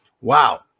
Wow